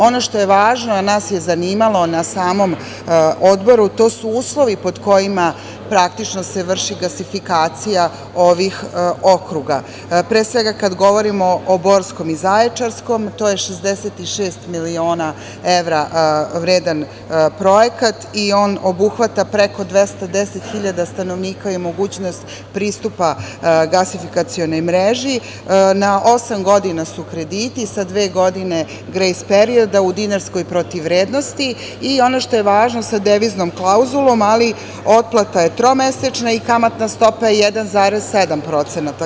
Ono što je važno, a nas je zanimalo na samom odboru, to su uslovi pod kojima praktično se vrši gasifikacija ovih okruga, pre svega kad govorimo o Borskom i Zaječarskom, to je 66 miliona evra vredan projekat i on obuhvata preko 210.000 stanovnika i mogućnost pristupa gasifikacionoj mreži, na osam godina su krediti sa dve godine grejs perioda, u dinarskoj protivvrednosti, i ono što je važno – sa deviznom klauzulom, ali otplata je tromesečna i kamatna stopa je 1,7%